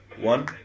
One